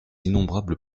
innombrables